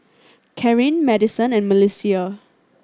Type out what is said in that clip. Carin Madisen and Melissia